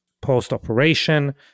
post-operation